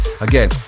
Again